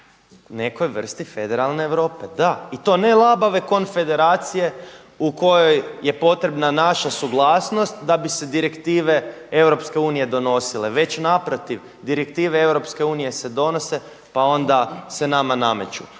nekoj vrsti federalne Europe, da i to ne labave konfederacije u kojoj je potrebna naša suglasnost da bi se direktive Europske unije donosile, već naprotiv direktive Europske unije se donose pa onda se nama nameću.